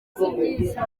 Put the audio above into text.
sibyiza